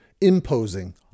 imposing